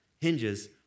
hinges